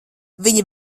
viņi